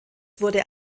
wurde